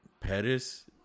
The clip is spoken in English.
Pettis